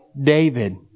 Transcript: David